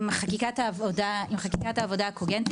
חקיקת העבודה הקוגנטית